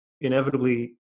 inevitably